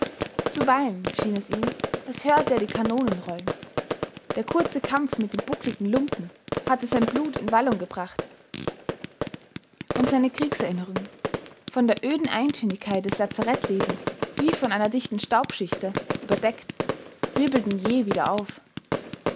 zuweilen schien es ihm als hörte er die kanonen rollen der kurze kampf mit dem buckligen lumpen hatte sein blut in wallung gebracht und seine kriegserinnerungen von der öden eintönigkeit des lazarettlebens wie von einer dichten staubschichte überdeckt wirbelten jäh wieder auf